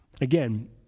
Again